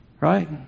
Right